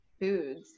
foods